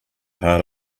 part